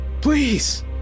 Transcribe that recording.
Please